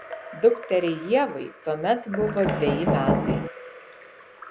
dukteriai ievai tuomet buvo dveji metai